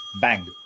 Bang